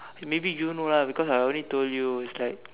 maybe you know lah because I only told you it's like